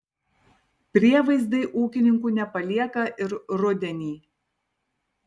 prievaizdai ūkininkų nepalieka ir rudenį